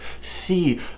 See